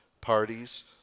parties